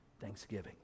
thanksgiving